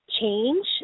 change